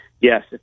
yes